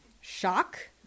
Shock